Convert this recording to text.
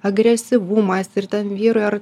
agresyvumas ir ten vyrui ar